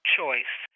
choice